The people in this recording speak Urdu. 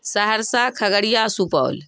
سہرسہ کھگڑیا سپول